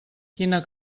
quina